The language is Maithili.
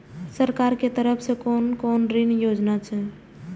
सरकार के तरफ से कोन कोन ऋण योजना छै?